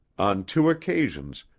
on two occasions,